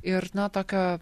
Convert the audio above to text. ir na tokio